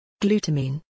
Glutamine